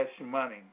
money